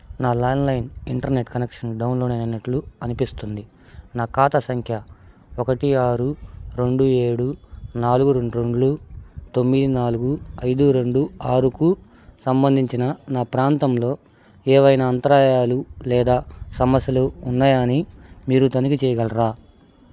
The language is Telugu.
నా ల్యాండ్లైన్ ఇంటర్నెట్ కనెక్షన్ డౌన్లోడ్ అయినట్లు అనిపిస్తోంది నా ఖాతా సంఖ్య ఒకటి ఆరు రెండు ఏడు నాలుగు రెండు రెండులు తొమ్మిది నాలుగు ఐదు రెండు ఆరుకు సంబంధించిన నా ప్రాంతంలో ఏవైనా అంతరాయాలు లేదా సమస్యలు ఉన్నాయా అని మీరు తనిఖీ చేయగలరా